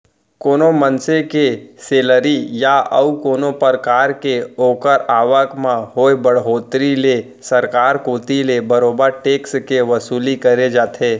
कोनो मनसे के सेलरी या अउ कोनो परकार के ओखर आवक म होय बड़होत्तरी ले सरकार कोती ले बरोबर टेक्स के वसूली करे जाथे